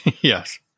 Yes